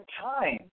time